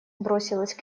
бросилась